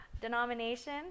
denomination